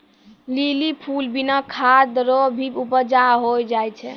lily फूल बिना खाद रो भी उपजा होय जाय छै